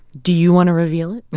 do you want to reveal it? but